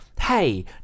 Hey